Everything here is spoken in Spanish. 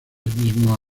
mismo